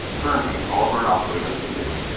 currently, all of our operators are busy.